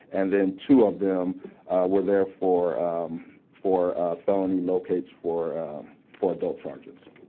and then two of them were there for for felony locates for for adult charges.